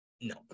no